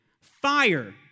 Fire